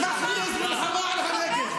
אין לך בושה.